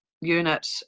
unit